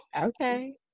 Okay